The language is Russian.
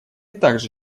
также